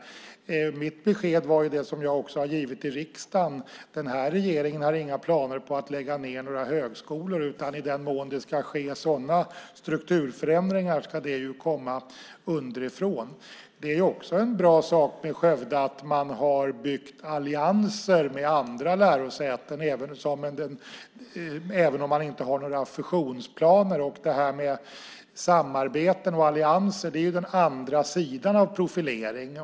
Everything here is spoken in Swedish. Mitt besked var det som jag också har givit i riksdagen. Den här regeringen har inga planer på att lägga ned några högskolor, utan i den mån det ska ske sådana strukturförändringar ska det komma underifrån. Det är också en bra sak med Skövde att man har byggt allianser med andra lärosäten, även om man inte har några fusionsplaner. Samarbeten och allianser är ju den andra sidan av profilering.